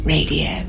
Radio